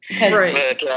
Right